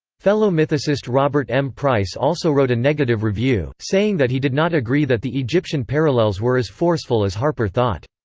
fellow mythicist robert m. price also wrote a negative review, saying that he did not agree that the egyptian parallels were as forceful as harpur thought.